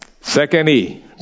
Secondly